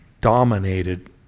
dominated